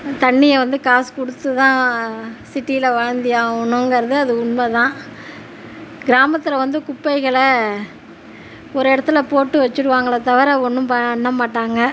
தண்ணியை வந்து காசு கொடுத்து தான் சிட்டியில வாழ்ந்தே ஆகணும்கிறது அது உண்மை தான் கிராமத்தில் வந்து குப்பைகளை ஒரு இடத்துல போட்டு வச்சுருவாங்களே தவிர ஒன்றும் பண்ணமாட்டாங்க